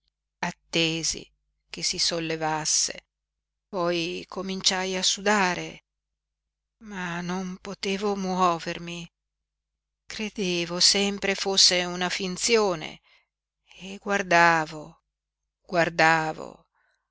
attesi che si sollevasse poi cominciai a sudare ma non potevo muovermi credevo sempre fosse una finzione e guardavo guardavo